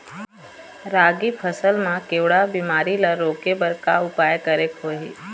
रागी फसल मा केवड़ा बीमारी ला रोके बर का उपाय करेक होही?